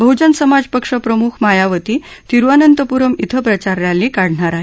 बहजन समाज पक्ष प्रमुख मायावती तिरुअनंतपुरम इथं प्रचार रॅली काढणार आहेत